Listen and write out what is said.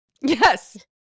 Yes